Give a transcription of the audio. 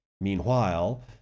Meanwhile